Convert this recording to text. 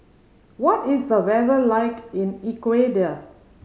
what is the weather like in Ecuador